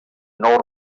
nou